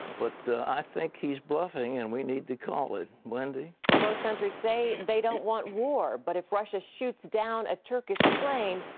but i think he is bluffing, and we need to call it. wendy both countries say they don't want war, but if russia shoots down a turkish plane,